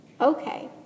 okay